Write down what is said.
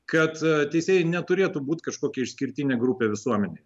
kad teisėjai neturėtų būt kažkokia išskirtinė grupė visuomenėj